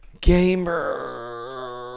gamer